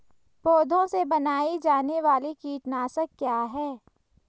पौधों से बनाई जाने वाली कीटनाशक क्या है?